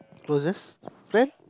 was it when